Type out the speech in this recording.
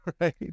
Right